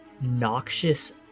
noxious